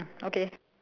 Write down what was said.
okay